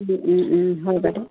হয় বাইদেউ